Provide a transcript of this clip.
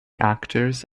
actors